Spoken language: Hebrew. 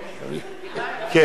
כלניות בקו"ף או בכ"ף?